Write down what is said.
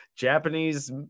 japanese